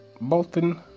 Bolton